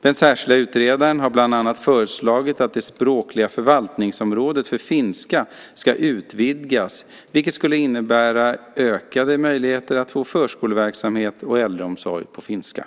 Den särskilde utredaren har bland annat föreslagit att det språkliga förvaltningsområdet för finska ska utvidgas, vilket skulle innebära utökade möjligheter att få förskoleverksamhet och äldreomsorg på finska.